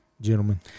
gentlemen